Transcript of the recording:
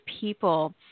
people